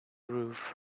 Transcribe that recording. roof